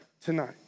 tonight